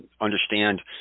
understand